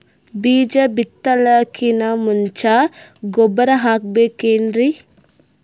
ಬೀಜ ಬಿತಲಾಕಿನ್ ಮುಂಚ ಗೊಬ್ಬರ ಹಾಕಬೇಕ್ ಏನ್ರೀ?